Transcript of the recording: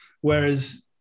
whereas